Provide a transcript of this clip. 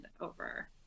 over